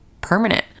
permanent